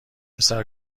پسر